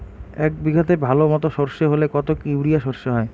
এক বিঘাতে ভালো মতো সর্ষে হলে কত ইউরিয়া সর্ষে হয়?